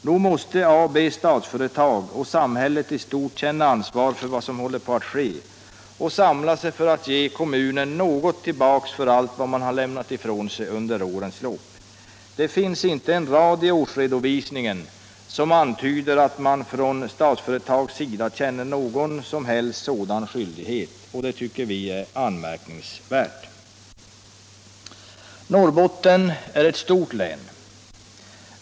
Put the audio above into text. Nog måste Statsföretag AB och samhället i stort känna ansvar för vad som håller på att ske och samla sig för att ge kommunen något tillbaka för allt vad den har lämnat ifrån sig under årens lopp. Det finns inte en rad i årsredovisningen som antyder att man från Statsföretags sida känner någon som helst sådan skyldighet, och det tycker vi är anmärkningsvärt. Norrbotten är ett stort län.